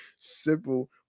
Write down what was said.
simple